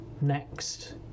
Next